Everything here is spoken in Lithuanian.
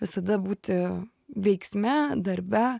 visada būti veiksme darbe